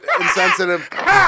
insensitive